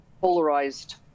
polarized